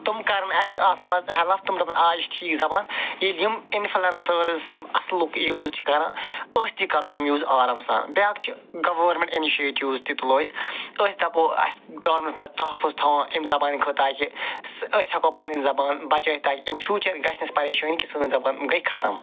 تِم کَرن اَسہِ اَتھ منٛز ہٮ۪لف تِم دَپن آ یہِ چھِ ٹھیٖک زبان ییٚلہِ یِم اِنفٕلنسٲرٕس یِم اَصلُک یوٗز چھِ کَرن أسۍ تہِ کَرو یِم یوٗز آرام سان بیٛاکھ چھِ گوٲرمٮ۪نٛٹ اِنشیٹِوٕز تہِ تُلو أسۍ أسۍ دَپو اَسہِ تحفظ تھاوُن اَمہِ زبانہِ خٲطرٕ تاکہِ أسۍ ہٮ۪کو پنٕنۍ زبان بچٲیِتھ تاکہِ اِن فیوٗچر گَژھِ نہٕ اَسہِ پریشٲنی کہِ سٲنۍ زبان گٔے ختم